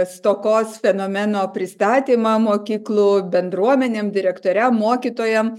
stokos fenomeno pristatymą mokyklų bendruomenėm direktoriam mokytojam